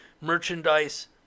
merchandise